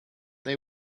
they